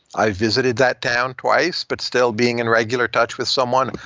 i visited that town twice, but still being in regular touch with someone.